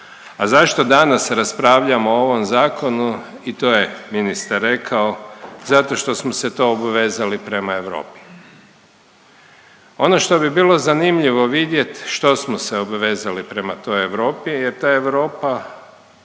a zašto danas raspravljamo o ovom zakonu i to je ministar rekao, zato što smo se to obvezali prema Europi. Ono što bi bilo zanimljivo vidjet, što smo se obvezali prema toj Europi jer ta Europa